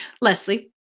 Leslie